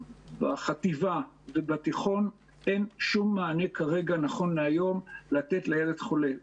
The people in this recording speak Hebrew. בחטיבה ובתיכון אין שום מענה כרגע נכון להיום לתת לילד חולה,